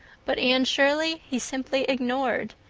but anne shirley he simply ignored,